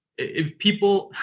if people.